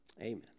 Amen